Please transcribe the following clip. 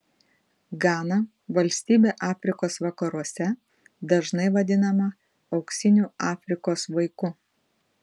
gana valstybė afrikos vakaruose dažnai vadinama auksiniu afrikos vaiku